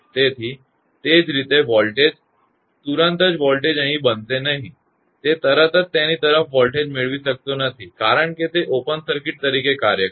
તેથી તે જ રીતે વોલ્ટેજ તુરંત જ વોલ્ટેજ અહીં બનશે નહીં તે તરત જ તેની તરફ વોલ્ટેજ મેળવી શકતો નથી કારણ કે તે ઓપન સર્કિટ તરીકે કાર્ય કરશે